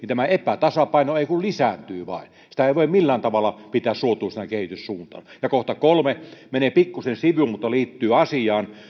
tämä epätasapaino ei kun lisääntyy vain sitä ei voi millään tavalla pitää suotuisana kehityssuuntana ja kohta kolme menee pikkuisen sivuun mutta liittyy asiaan